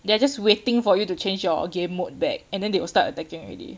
they're just waiting for you to change your game mode back and then they will start attacking already